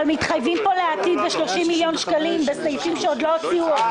אבל מתחייבים פה לעתיד ל-30 מיליון שקלים בסעיפים שעוד לא הוציאו.